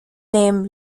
name